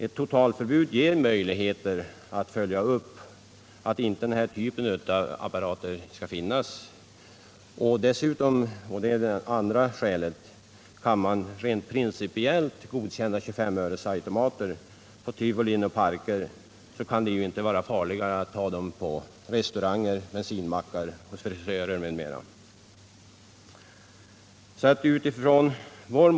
Ett totalförbud ger möjligheter att följa upp beslutet och se till att den här typen av apparater inte skall finnas. Det andra skälet är att kan man rent principiellt godkänna 25-öresautomater i tivolin och parker, så kan det inte vara farligare att ha dem på restauranger och bensinmackar, hos frisörer osv.